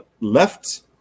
left